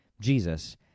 Jesus